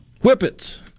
Whippets